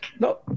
No